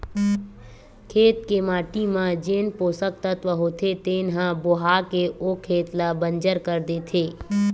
खेत के माटी म जेन पोसक तत्व होथे तेन ह बोहा के ओ खेत ल बंजर कर देथे